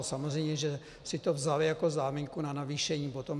Samozřejmě že si to vzali jako záminku na navýšení potom.